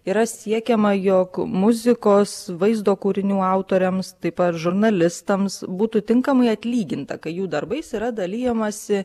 yra siekiama jog muzikos vaizdo kūrinių autoriams taip pat žurnalistams būtų tinkamai atlyginta kai jų darbais yra dalijamasi